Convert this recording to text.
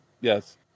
Yes